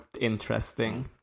interesting